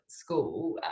school